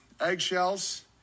eggshells